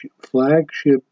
flagship